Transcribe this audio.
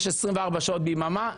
יש 24 שעות ביממה,